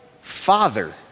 father